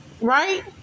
right